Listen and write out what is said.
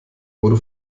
wurde